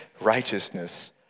righteousness